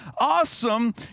awesome